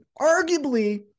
arguably